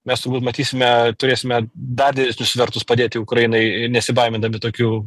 mes matysime turėsime dar didesnius svertus padėti ukrainai nesibaimindami tokių